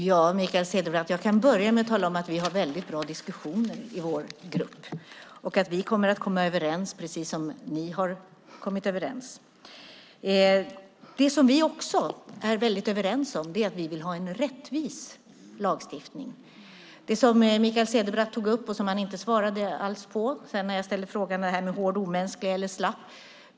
Herr talman! Jag kan börja med att tala om för Mikael Cederbratt att vi har mycket bra diskussioner i vår grupp, och vi kommer att komma överens, precis som allianspartierna kommit överens. Vi är helt överens om att vi vill ha en rättvis lagstiftning. Mikael Cederbratt svarade inte på frågan om hård och omänsklig eller slapp behandling.